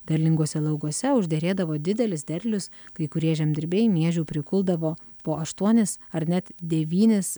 derlinguose laukuose užderėdavo didelis derlius kai kurie žemdirbiai miežių prikuldavo po aštuonis ar net devynis